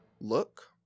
look